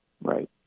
Right